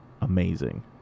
amazing